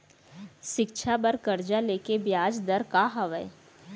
शिक्षा बर कर्जा ले के बियाज दर का हवे?